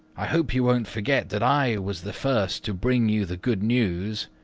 i hope you won't forget that i was the first to bring you the good news.